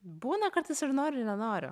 būna kartais ir noriu nenoriu